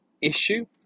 issue